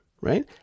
right